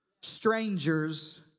strangers